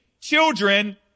children